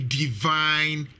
divine